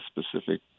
specific